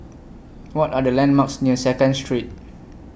What Are The landmarks near Second Street